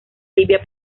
libia